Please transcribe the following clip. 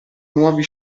nuovi